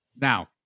Now